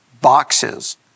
boxes